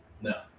No